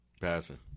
Passing